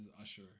Usher